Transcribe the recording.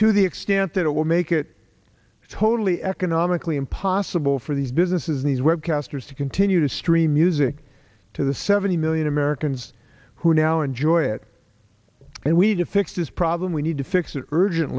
to the extent that it will make it totally economically impossible for these businesses these web casters to continue to stream music to the seventy million americans who now enjoy it and we need to fix this problem we need to fix it urgent